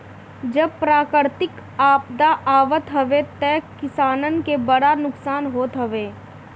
जब प्राकृतिक आपदा आवत हवे तअ किसानन के बड़ा नुकसान होत हवे